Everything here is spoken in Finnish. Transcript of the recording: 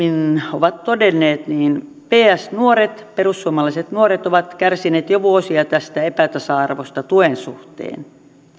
ovat todenneet niin perussuomalaiset nuoret on kärsinyt jo vuosia tästä epätasa arvosta tuen suhteen